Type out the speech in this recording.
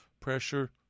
pressure